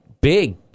big